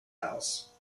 house